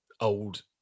old